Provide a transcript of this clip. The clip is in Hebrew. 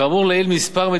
כאמור לעיל,